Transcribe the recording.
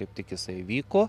kaip tik jisai vyko